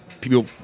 people